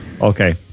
Okay